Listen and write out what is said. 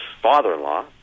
father-in-law